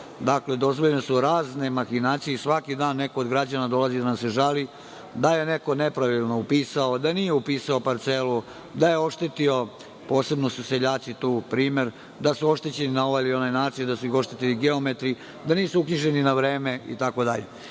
nema. Dakle, dozvoljene su razne mahinacije i svaki dan neko od građana dolazi da nam se žali da je neko nepravilno upisao, da nije upisao parcelu, da je oštetio. Posebno su seljaci tu primer, da su oštećeni na ovaj ili onaj način, da su ih oštetili geometri, da nisu uknjiženi na vreme, itd.